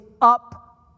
up